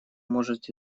может